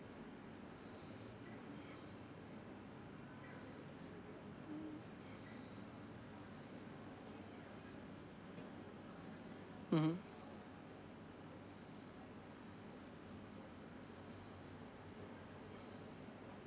mmhmm